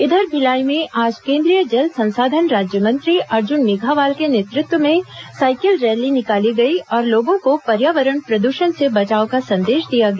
इधर भिलाई में आज केंद्रीय जल संसाधन राज्यमंत्री अर्जुन मेघावाल के नेतृत्व में साइकिल रैली निकाली गई और लोगों को पर्यावरण प्रदृषण से बचाव का संदेश दिया गया